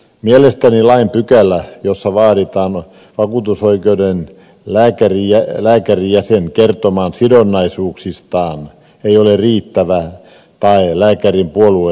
mielestäni lain pykälä jossa vaaditaan vakuutusoikeuden lääkärijäsen kertomaan sidonnaisuuksistaan ei ole riittävä tae lääkärin puolueettomuudesta